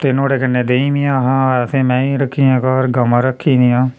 ते नुहाड़े कन्नै देहीं बी ऐ हा असें मेहीं रक्खी दियां घर गवां रक्खी दियां